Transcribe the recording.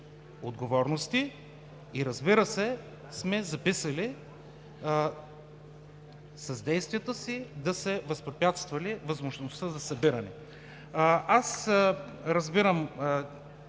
отговорности и, разбира се, сме записали „с действията си да са възпрепятствали възможността за събиране“. Аз разбирам,